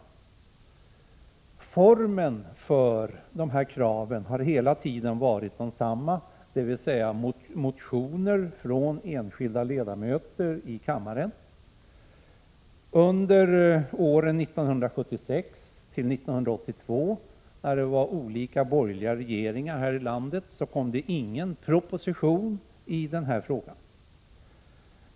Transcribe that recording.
Formen för dessa krav har hela tiden varit densamma, dvs. motioner från enskilda ledamöter. Under åren 1976—1982, när det var olika borgerliga regeringar här i landet, kom ingen proposition i denna fråga.